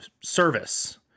service